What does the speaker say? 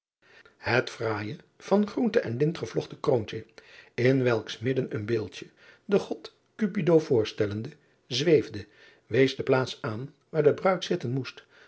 et fraaije van groente en lint gevlochten kroontje in welks midden een beeldje den od upido voorstellende zweefde wees de plaats aan waar de bruid zitten moest